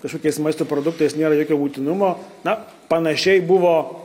kažkokiais maisto produktais nėra jokio būtinumo na panašiai buvo